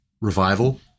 revival